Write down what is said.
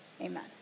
Amen